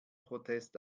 protest